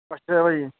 ਅੱਛਾ ਭਾਅ ਜੀ